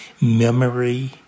memory